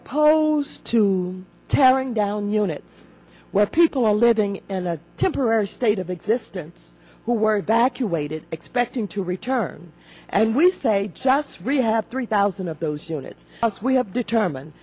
opposed to tearing down unit where people are living in a temporary state of existence who were evacuated expecting to return and we say just three have three thousand of those units as we have determined